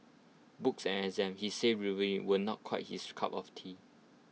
books and exams he says rueful were not quite his cup of tea